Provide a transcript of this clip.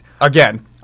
again